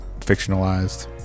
fictionalized